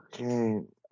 Okay